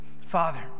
Father